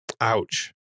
Ouch